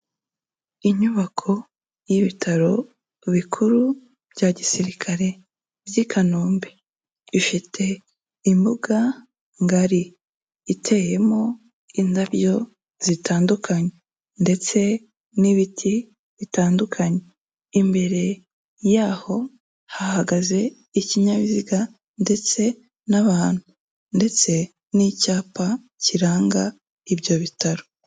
Inyubako y'ibitaro bikuru bya gisirikare by'i Kanombe. Ifite imbuga ngari iteyemo indabyo zitandukanye ndetse n'ibiti bitandukanye, imbere y'aho hahagaze ikinyabiziga ndetse n'abantu ndetse n'icyapa kiranga ibyo bitaro.